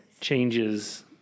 Changes